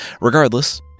Regardless